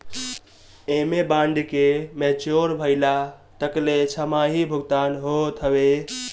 एमे बांड के मेच्योर भइला तकले छमाही भुगतान होत हवे